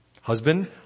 Husband